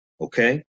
okay